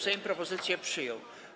Sejm propozycję przyjął.